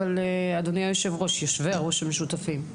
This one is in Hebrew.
היושבי-ראש המשותפים,